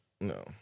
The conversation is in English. No